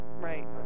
Right